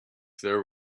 there